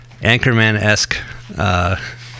Anchorman-esque